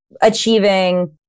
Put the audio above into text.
achieving